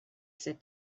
sit